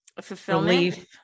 fulfillment